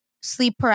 sleep